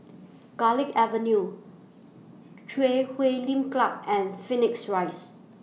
Garlick Avenue Chui Huay Lim Club and Phoenix Rise